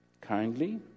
kindly